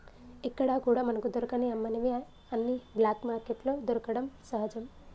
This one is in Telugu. ఎక్కడా కూడా మనకు దొరకని అమ్మనివి అన్ని బ్లాక్ మార్కెట్లో దొరకడం సహజం